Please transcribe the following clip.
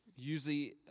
Usually